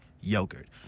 Yogurt